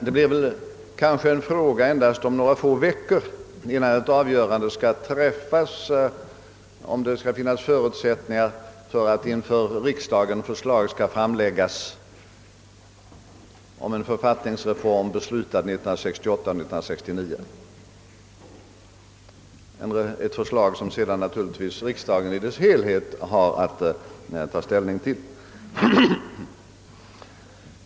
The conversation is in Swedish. Det återstår kanske endast några veckor innan ett avgörande skall träffas om det skall finnas förutsättning att förslag skall framläggas för riksdagen om en författningsreform, beslutad 1968/69, ett förslag som sedan riksdagen i dess helhet naturligtvis har att ta ställning till.